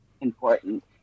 important